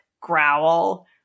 growl